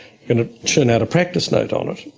and churn out a practice note on it.